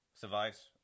survives